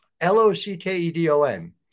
L-O-C-K-E-D-O-N